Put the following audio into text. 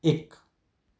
एक